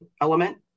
element